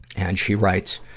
and she writes,